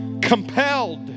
compelled